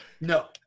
No